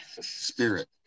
Spirit